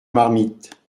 marmite